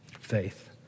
faith